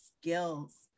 skills